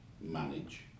manage